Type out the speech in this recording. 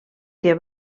que